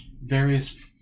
various